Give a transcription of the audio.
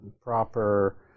proper